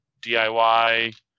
DIY